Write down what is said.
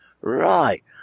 Right